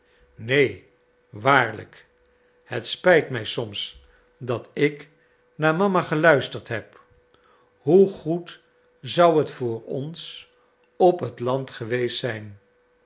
neen waarlijk het spijt mij soms dat ik naar mama geluisterd heb hoe goed zou het voor ons op het land geweest zijn